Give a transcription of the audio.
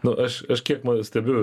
nu aš aš kiek stebiu